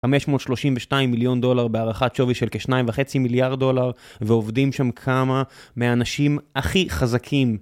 532 מיליון דולר בהערכת שווי של כ-2.5 מיליארד דולר ועובדים שם כמה מהאנשים הכי חזקים.